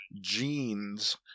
jeans